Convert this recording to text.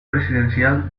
presidencial